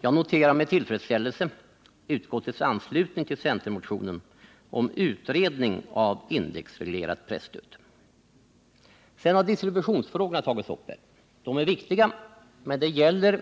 Jag noterar med tillfredsställelse utskottets anslutning till centermotionen om utredning av indexreglerat presstöd. Distributionsfrågorna har också tagits upp. De är viktiga, men det gäller